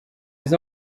izo